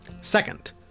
Second